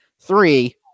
Three